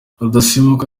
rudatsimburwa